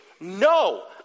No